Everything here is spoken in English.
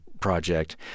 project